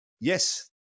yes